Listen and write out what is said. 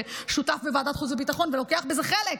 ששותף בוועדת חוץ וביטחון ולוקח בזה חלק.